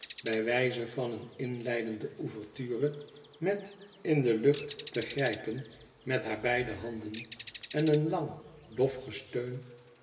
bij wijze van een inleidende ouverture met in de lucht te grijpen met haar beide handen en een lang